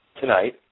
tonight